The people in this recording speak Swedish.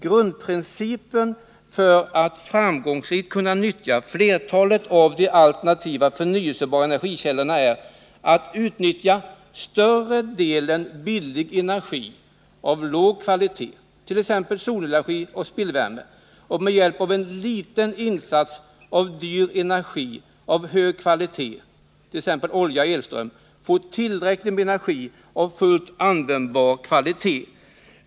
Grundprincipen för att framgångsrikt kunna nyttja flertalet av de alternativa förnyelsebara energikällorna är att nyttja större delen billig energi av låg kvalitet, t.ex. solenergi och spillvärme, och med hjälp av en liten insats av dyr energi av hög kvalitet — olja eller elström — få tillräckligt med energi av fullt användbar kvalitet.